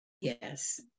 Yes